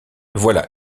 voilà